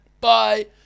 Bye